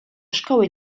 szkoły